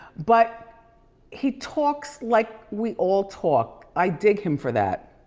but he talks like we all talk. i dig him for that.